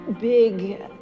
big